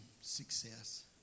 success